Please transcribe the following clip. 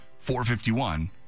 451